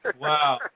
Wow